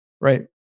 Right